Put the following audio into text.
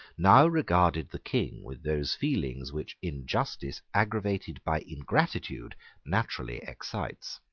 now regarded the king with those feelings which injustice aggravated by ingratitude naturally excites.